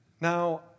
Now